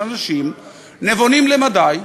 של אנשים נבונים למדי,